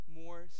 more